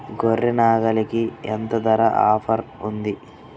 గొర్రె, నాగలికి ఎంత ధర ఆఫర్ ఉంది?